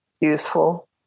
useful